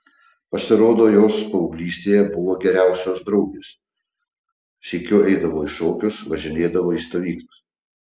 pasirodo jos paauglystėje buvo geriausios draugės sykiu eidavo į šokius važinėdavo į stovyklas